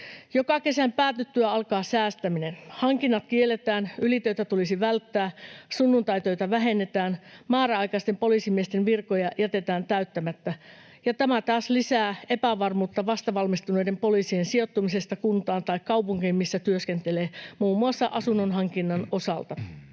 Joka kesän päätyttyä alkaa säästäminen. Hankinnat kielletään, ylitöitä tulisi välttää, sunnuntaitöitä vähennetään, määräaikaisten poliisimiesten virkoja jätetään täyttämättä, ja tämä taas lisää epävarmuutta vastavalmistuneiden poliisien sijoittumisesta kuntaan tai kaupunkiin, missä he työskentelevät, muun muassa asunnon hankinnan osalta.